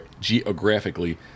geographically